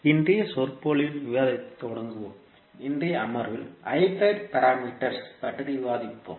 இன்றைய சொற்பொழிவின் விவாதத்தைத் தொடங்குவோம் இன்றைய அமர்வில் ஹைபிரிட் பாராமீட்டர்ஸ் பற்றி விவாதிப்போம்